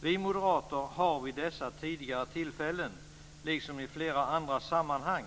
Vi moderater har i dessa tidigare tillfällen, liksom i flera andra sammanhang,